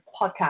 podcast